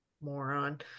moron